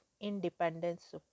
independence